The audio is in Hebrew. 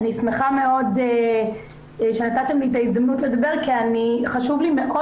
אני שמחה מאוד שנתתם לי את ההזדמנות לדבר כי חשוב לי מאוד